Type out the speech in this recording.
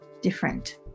different